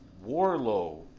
Warlow